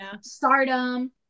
stardom